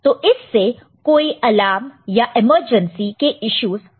तो इससे कोई अलार्म या एमरजैंसी के यीशुस हो सकता है